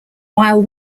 while